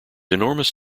enormous